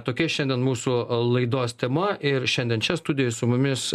tokia šiandien mūsų laidos tema ir šiandien čia studijoj su mumis